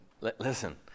Listen